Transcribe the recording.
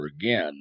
again